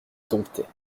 domptait